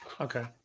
okay